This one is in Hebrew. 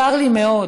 צר לי מאוד